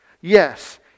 Yes